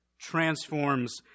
transforms